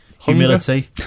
Humility